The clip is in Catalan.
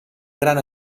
gran